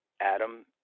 Adam